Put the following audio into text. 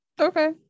Okay